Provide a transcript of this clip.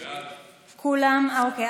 כולם, אוקיי.